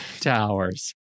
towers